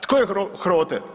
Tko je HROTE?